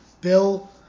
Bill